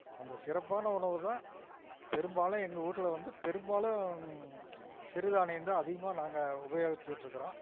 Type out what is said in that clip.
அந்த சிறப்பான உணவு தான் பெரும்பாலும் எங்கள் வீட்ல வந்து பெரும்பாலும் சிறு தானியம் தான் அதிகமாக நாங்கள் உபயோகிச்சுட்டிருக்குறோம்